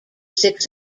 six